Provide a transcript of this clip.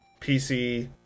PC